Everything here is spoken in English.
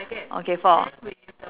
okay four